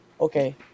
okay